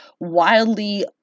Wildly